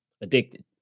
addicted